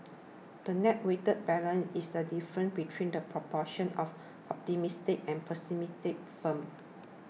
the net weighted balance is the difference between the proportion of optimistic and pessimistic firms